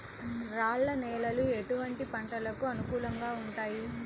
రాళ్ల నేలలు ఎటువంటి పంటలకు అనుకూలంగా ఉంటాయి?